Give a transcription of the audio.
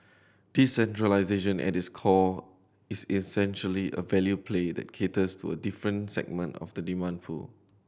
decentralisation at its core is essentially a value play that caters to a different segment of the demand pool